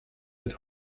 wird